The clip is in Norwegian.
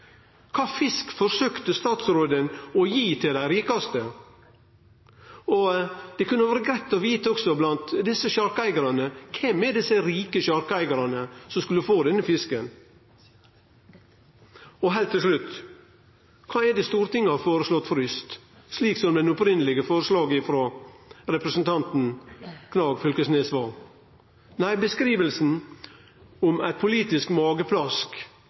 Kva fisk forsøkte statsråden å gi til dei rikaste? Det kunne også vore greitt å vite: Kven er blant desse rike sjarkeigarane som skulle få denne fisken? Heilt til slutt: Kva er det Stortinget har føreslått fryst, slik det opphavlege forslaget frå representanten Knag Fylkesnes var? Nei, beskrivinga «politisk mageplask» er ei god og dekkjande beskriving av eit